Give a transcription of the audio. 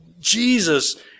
Jesus